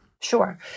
Sure